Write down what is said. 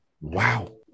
Wow